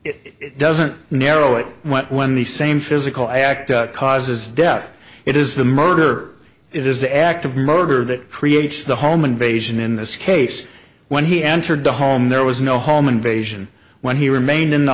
it doesn't narrow it when the same physical act causes death it is the murder it is the act of murder that creates the home invasion in this case when he entered the home there was no home invasion when he remained in the